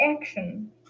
action